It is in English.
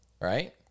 right